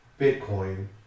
Bitcoin